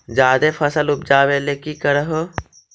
जादे फसल उपजाबे ले की कर हो?